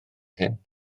hyn